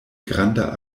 granda